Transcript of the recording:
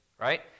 right